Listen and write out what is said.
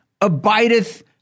abideth